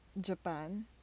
Japan